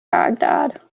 baghdad